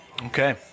Okay